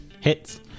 Hits